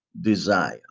desire